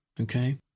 Okay